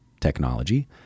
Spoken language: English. technology